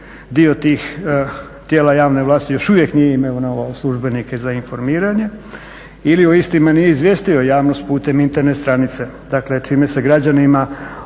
Dio tih tijela javne vlasti još uvijek nije imenovao službenike za informiranje ili isti nije izvijestio javnost putem Internet stranice, dakle čime se građanima otežava